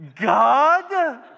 God